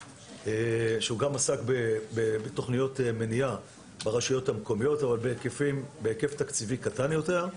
שגם עוסק בתכניות מניעה ברשויות המקומיות אבל בהיקף תקציבי קטן יותר.